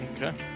okay